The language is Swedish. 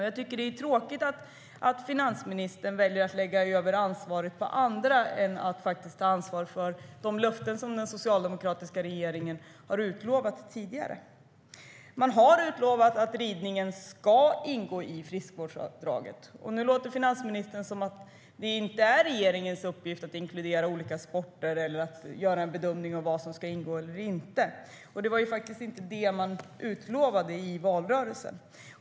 Jag tycker att det är tråkigt att finansministern väljer att lägga över ansvaret på andra i stället för att ta ansvar för de löften som den socialdemokratiska regeringen utställt tidigare. Man har utlovat att ridningen ska ingå i friskvårdsavdraget. Nu låter finansministern som att det inte är regeringens uppgift att inkludera olika sporter eller att göra en bedömning av vad som ska ingå eller inte. Men det var faktiskt inte det man utlovade i valrörelsen.